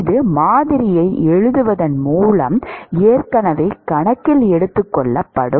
இது மாதிரியை எழுதுவதன் மூலம் ஏற்கனவே கணக்கில் எடுத்துக்கொள்ளப்படும்